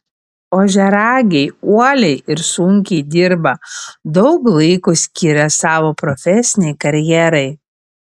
ožiaragiai uoliai ir sunkiai dirba daug laiko skiria savo profesinei karjerai